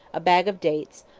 a bag of dates,